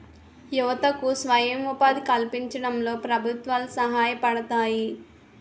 యువతకు స్వయం ఉపాధి కల్పించడంలో ప్రభుత్వాలు సహాయపడతాయి